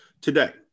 today